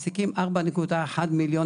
שהמערכת הכלכלית של הביטוח הלאומי,